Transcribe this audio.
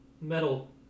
metal